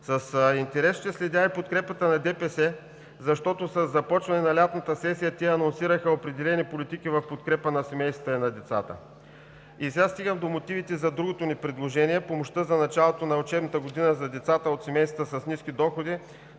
С интерес ще следя и подкрепата на ДПС, защото със започване на лятната сесия те анонсираха определени политики в подкрепа на семействата и децата. Сега стигам до мотивите за другото ни предложение – помощта за началото на учебната година за децата от семействата с ниски доходи